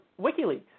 WikiLeaks